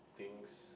things